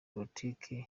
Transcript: politiki